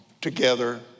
together